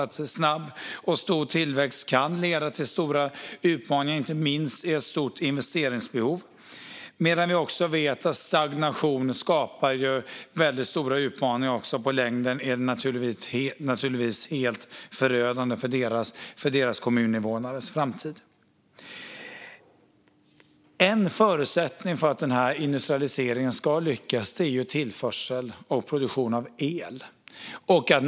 En snabb och stor tillväxt kan leda till stora utmaningar och inte minst ett stort investeringsbehov. Vi vet också att stagnation skapar väldigt stora utmaningar. I längden är det helt förödande för kommuninvånarnas framtid. En förutsättning för att industrialiseringen ska lyckas är tillförsel och produktion av el.